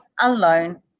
alone